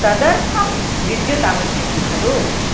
तदर्थं विद्युत् आवश्यकी खलु